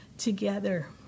together